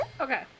Okay